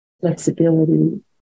flexibility